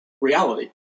reality